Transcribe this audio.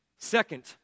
Second